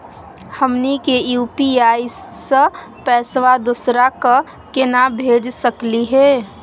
हमनी के यू.पी.आई स पैसवा दोसरा क केना भेज सकली हे?